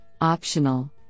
optional